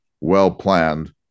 well-planned